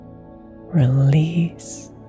Release